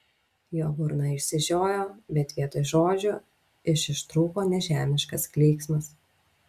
jo burna išsižiojo bet vietoj žodžių iš ištrūko nežemiškas klyksmas